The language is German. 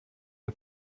der